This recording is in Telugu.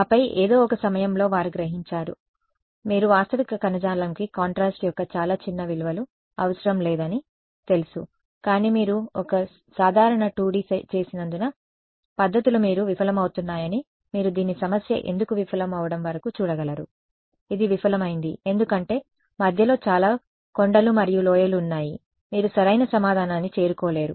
ఆపై ఏదో ఒక సమయంలో వారు గ్రహించారు మీరు వాస్తవిక కణజాలంకి కాంట్రాస్ట్ యొక్క చాలా చిన్న విలువలు అవసరం లేదని తెలుసు కానీ మీరు ఒక సాధారణ 2 D చేసినందున పద్ధతులు మీరు విఫలమవుతున్నాయని మీరు దీన్ని సమస్య ఎందుకు విఫలమవడం వరకు చూడగలరు ఇది విఫలమైంది ఎందుకంటే మధ్యలో చాలా కొండలు మరియు లోయలు ఉన్నాయి మీరు సరైన సమాధానాన్ని చేరుకోలేరు